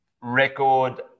record